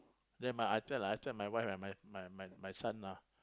then my w~ I tell lah I tell my wife and my my my son lah